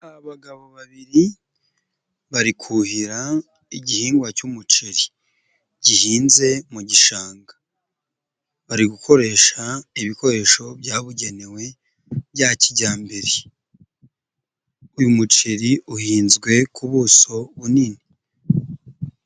Abagabo babiri bari kuhira igihingwa cy'umuceri gihinze mu gishanga, bari gukoresha ibikoresho byabugenewe bya kijyambere, uyu muceri uhinzwe ku buso bunini.